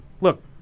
Look